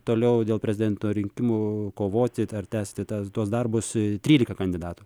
toliau dėl prezidento rinkimų kovoti ar tęsti tas tuos darbus trylika kandidatų